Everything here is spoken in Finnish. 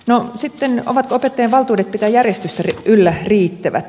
no sitten ovatko opettajien valtuudet pitää järjestystä yllä riittävät